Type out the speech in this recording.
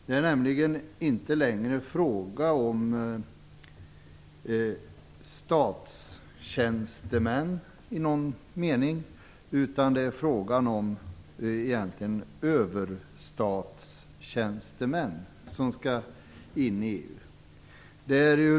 Det är inte längre fråga om statstjänstemän, utan egentligen överstatstjänstemän.